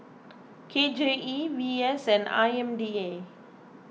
K J E V S and I M D A